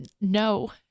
no